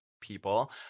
people